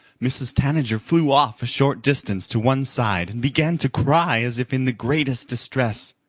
mrs. tanager flew off a short distance to one side and began to cry as if in the greatest distress.